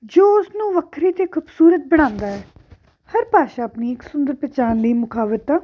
ਜੋ ਉਸਨੂੰ ਵੱਖਰੀ ਅਤੇ ਖੂਬਸੂਰਤ ਬਣਾਉਂਦਾ ਹੈ ਹਰ ਭਾਸ਼ਾ ਆਪਣੀ ਇੱਕ ਸੁੰਦਰ ਪਹਿਚਾਣ ਲਈ ਮੁਖਾਵਤ ਆ